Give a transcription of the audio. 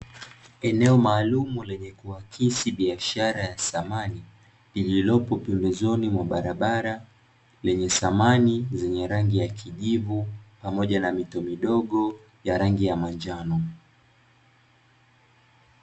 Eneo maalumu lenye kuakisi biashara za samani, lililopo pembezoni mwa barabara, lenye samani zenye rangi ya kijivu pamoja na mito midogo ya rangi ya manjano.